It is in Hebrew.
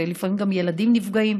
ולפעמים גם ילדים נפגעים,